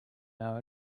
know